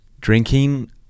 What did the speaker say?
drinking